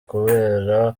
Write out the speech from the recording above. kubera